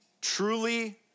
truly